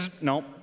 No